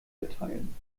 erteilen